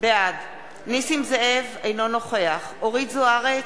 בעד נסים זאב, אינו נוכח אורית זוארץ,